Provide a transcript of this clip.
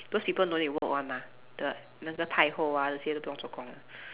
those people no need to work one mah the 那个太后王不用做工的